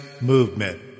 movement